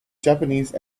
japanese